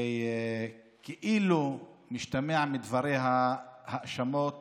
וכאילו משתמעות מדבריה האשמות